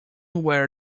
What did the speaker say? where